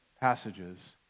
passages